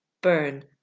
burn